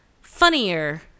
funnier